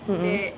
mm mm